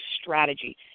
strategy